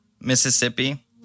Mississippi